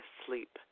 sleep